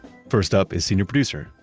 first up is senior producer,